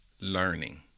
learning